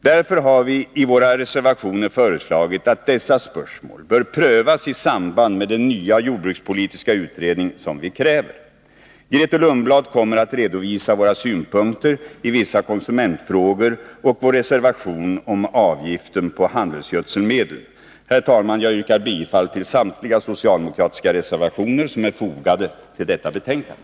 Därför har vi i våra reservationer föreslagit att dessa spörsmål bör prövas i samband med den nya jordbrukspolitiska utredning som vi kräver. Grethe Lundblad kommer att redovisa våra synpunkter i vissa konsumentfrågor och vår reservation om avgiften på handelsgödselmedel. Herr talman! Jag yrkar bifall till samtliga socialdemokratiska reservationer som är fogade till detta betänkande.